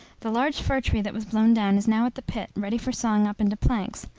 the large fir-tree that was blown down is now at the pit, ready for sawing up into planks,